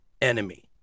enemy